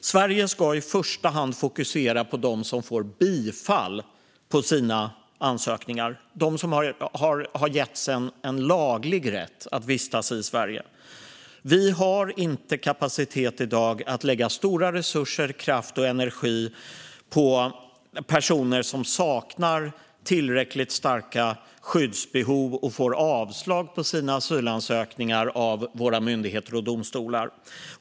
Sverige ska i första hand fokusera på dem som får bifall till sina ansökningar, det vill säga dem som har getts en laglig rätt att vistas i Sverige. Vi har inte kapacitet i dag att lägga stora resurser, kraft och energi på personer som saknar tillräckligt starka skyddsbehov och får avslag på sina asylansökningar av våra myndigheter och domstolar.